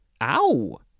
ow